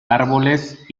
árboles